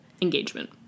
engagement